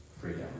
freedom